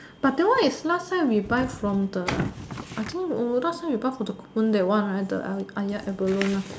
but that one is last time we buy from the I think oh last time we buy from the cocoon that one right the Ah-Yat abalone one